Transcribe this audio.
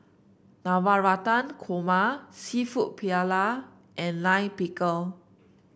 Navratan Korma seafood Paella and Lime Pickle